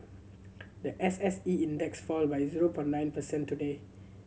the S S E Index fell by zero point nine percent today